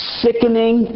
sickening